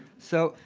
so,